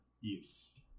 Yes